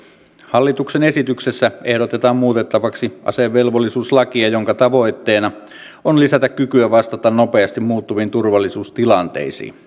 hallituksen esityksessä ehdotetaan muutettavaksi asevelvollisuuslakia jonka tavoitteena on lisätä kykyä vastata nopeasti muuttuviin turvallisuustilanteisiin